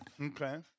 Okay